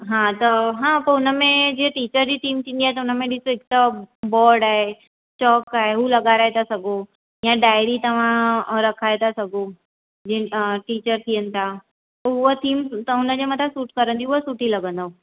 हा त हा पोइ हुन में जीअं टीचर जी थीम थींदी आहे त हुन में ॾिसो हिकु त बोर्ड आहे चॉक आहे हूअ लॻाराए था सघो या डायरी तव्हां रखाए था सघो जीअं टीचर थियनि था उहा थीम त हुनजे मथां सूट करंदी उहा सुठी लॻंदव